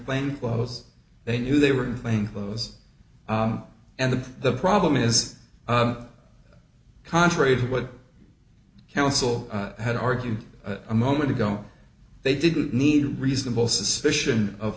plain clothes they knew they were playing those and the the problem is contrary to what counsel had argued a moment ago they didn't need reasonable suspicion of